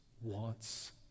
wants